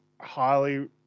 highly